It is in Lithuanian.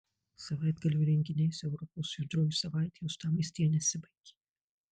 savaitgalio renginiais europos judrioji savaitė uostamiestyje nesibaigė